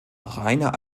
reiner